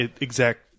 exact